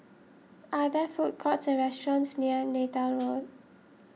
are there food courts or restaurants near Neythal Road